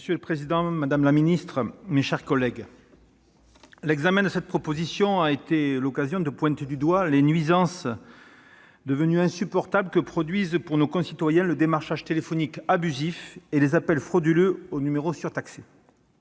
Monsieur le président, madame la ministre, mes chers collègues, l'examen de cette proposition de loi a été l'occasion de pointer du doigt les insupportables nuisances que produisent sur nos concitoyens le démarchage téléphonique abusif et les appels frauduleux aux numéros surtaxés.